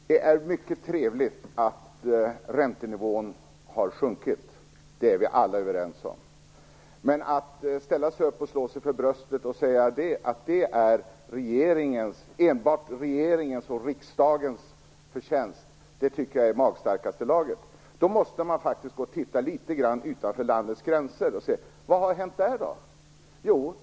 Fru talman! Det är mycket trevligt att räntenivån har sjunkit. Det är vi alla överens om. Men att ställa sig upp och slå sig för bröstet och säga att det är enbart regeringens och riksdagens förtjänst tycker jag är i magstarkaste laget. Man måste faktiskt titta litet grand utanför landets gränser och se efter vad som har hänt där.